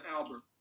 Albert